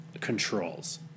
controls